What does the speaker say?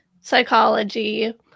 psychology